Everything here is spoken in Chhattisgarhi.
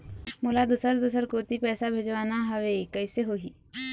मोला दुसर दूसर कोती पैसा भेजवाना हवे, कइसे होही?